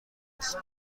است